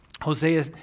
Hosea